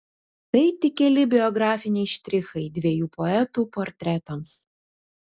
tai tik keli biografiniai štrichai dviejų poetų portretams